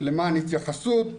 למען התייחסות,